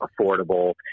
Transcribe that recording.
affordable